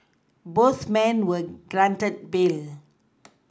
both men were granted bail